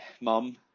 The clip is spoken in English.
mum